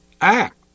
act